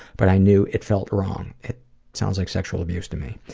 but i knew it felt wrong. it sounds like sexual abuse to me.